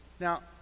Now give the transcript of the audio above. Now